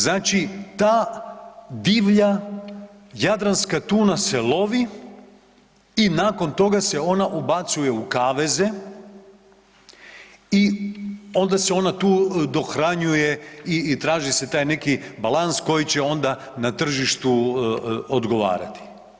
Znači ta divlja jadranska tuna se lovi i nakon toga se ona ubacuje u kaveze i onda se tu dohranjuje i traži se taj neki balans koji će onda na tržištu odgovarati.